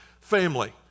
family